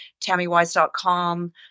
tammywise.com